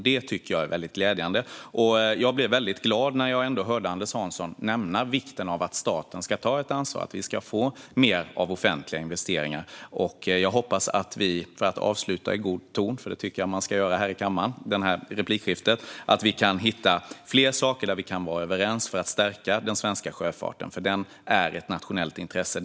Det tycker jag är väldigt glädjande. Jag blev väldigt glad när jag hörde Anders Hansson nämna vikten av att staten tar ett ansvar så att vi får mer av offentliga investeringar. Jag hoppas att vi - för att avsluta detta replikskifte i god ton, för det tycker jag att man ska göra här i kammaren - kan hitta fler saker där vi kan vara överens för att stärka den svenska sjöfarten, för den är ett nationellt intresse.